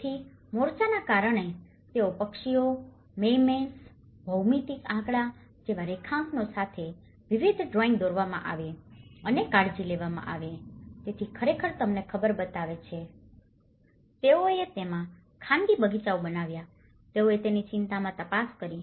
તેથી મોરચાના કારણે તેઓ પક્ષીઓ મેર્મેઈદ્સ ભૌમિતિક આંકડા જેવા રેખાંકનો સાથે વિવિધ ડ્રોઈંગ દોરવામાં આવે છે અને કાળજી લેવામાં આવે છે તેથી આ ખરેખર તમને ખબર બતાવે છે તેઓએ તેમાં ખાનગી બગીચાઓ બનાવ્યા હતા તેઓએ તેની ચિંતામાં તપાસ કરી